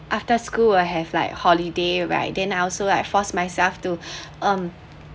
after school I have like holiday right then I also like forced myself to um